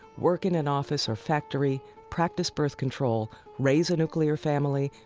work in an office or factory, practice birth control, raise a nuclear family,